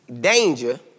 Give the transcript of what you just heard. Danger